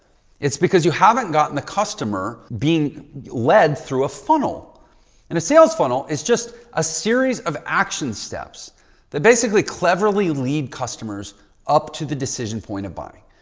it's because you haven't gotten the customer being led through a funnel and a sales funnel is just a series of action steps that basically cleverly lead customers up to the decision point of buying.